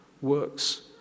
works